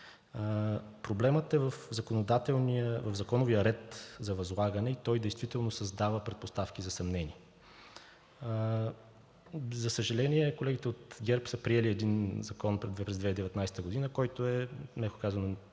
Проблемът е в законовия ред за възлагане и той действително създава предпоставки за съмнения. За съжаление, колегите от ГЕРБ са приели един закон през 2019 г., който е, меко казано,